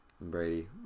Brady